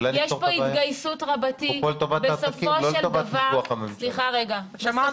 יש פה התגייסות רבתי בסופו של דבר --- חשוב שתשמעו מה שיש לי לומר,